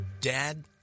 dad